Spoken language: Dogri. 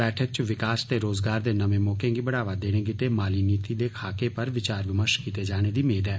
बैठक च विकास ते रोज़गार दे मौके गी बढ़ावा देने गित्तै माली नीति दे खाके पर विचार विमर्ष कीते जाने दी मेद ऐ